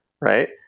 right